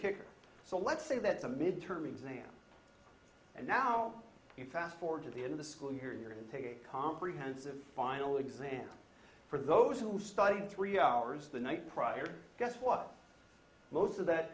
kicker so let's say that the midterm exam and now you fast forward to the end of the school year you're going to take a comprehensive final exam for those who study three hours the night prior most of that